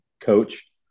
coach